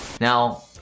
now